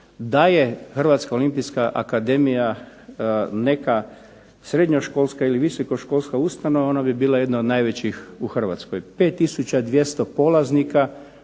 Da je Hrvatska olimpijska akademija neka srednjoškolska ili visokoškolska ustanova ona bi bila jedna od najvećih u Hrvatskoj. 5200 polaznika